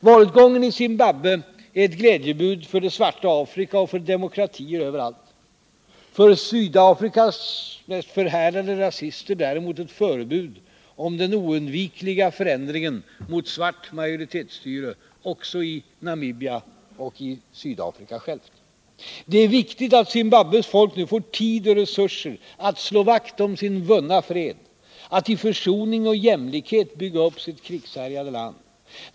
Valutgången i Zimbabwe är ett glädjebud för det svarta Afrika och för demokratier överallt, däremot för Sydafrikas förhärdade rasister ett förebud om den oundvikliga förändringen mot svart majoritetsstyre, också i Namibia och Sydafrika självt. Det är viktigt att Zimbabwes folk nu får tid och resurser att slå vakt om sin vunna fred och att i försoning och jämlikhet bygga upp sitt krigshärjade land.